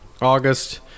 August